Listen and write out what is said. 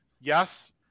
Yes